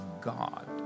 God